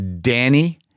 Danny